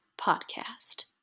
podcast